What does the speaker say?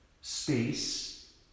space